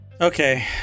okay